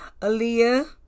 Aaliyah